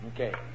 Okay